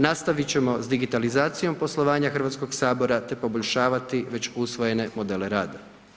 Nastavit ćemo sa digitalizacijom poslovanja Hrvatskog sabora te poboljšavati već usvojene modele rada.